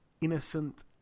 Innocent